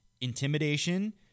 intimidation